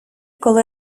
коли